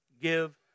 give